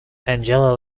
angela